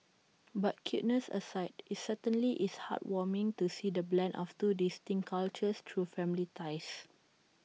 but cuteness aside IT certainly is heart warming to see the blend of two distinct cultures through family ties